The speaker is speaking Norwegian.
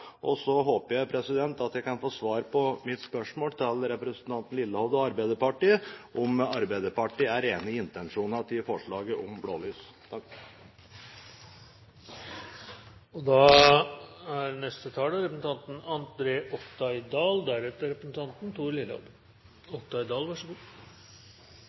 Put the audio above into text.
Så håper jeg at jeg kan få svar på mitt spørsmål til representanten Lillehovde og Arbeiderpartiet om Arbeiderpartiet er enig i intensjonene i forslaget om bruk av blålys.